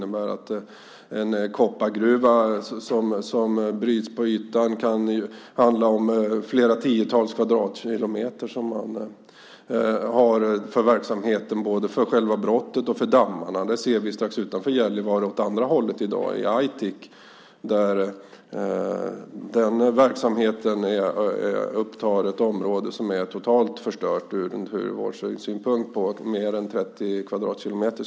En koppargruva som bryts på ytan kan betyda att man behöver flera kvadratkilometer för verksamheten både för själva brottet och för dammarna. Det ser vi strax utanför Gällivare åt andra hållet i dag i Aitik. Den verksamheten upptar ett område som är totalt förstört ur naturvårdssynpunkt. Jag tror att det i dag är mer än 30 kvadratkilometer.